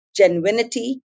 genuinity